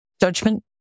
judgment